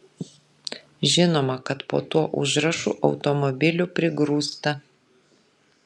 žinoma kad po tuo užrašu automobilių prigrūsta